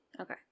Okay